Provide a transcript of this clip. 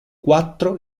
quattro